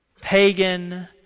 pagan